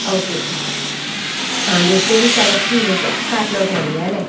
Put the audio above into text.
okay ആ just ഇത് select ചെയ്തിട്ട് കാർട്ടിലോട്ട് ആഡ് ചെയ്യാം അല്ലേ